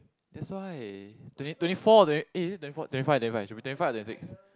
that's why twenty twenty four twenty eh is it twenty four twenty five twenty five should be twenty five or twenty six